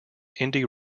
indie